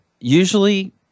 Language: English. usually